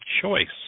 choice